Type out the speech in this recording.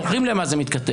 אתם זוכרים עם מה זה מתכתב.